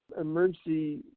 emergency